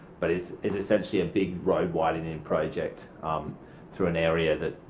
but is is essentially a big road widening project through an area that